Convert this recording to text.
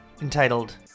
entitled